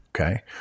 okay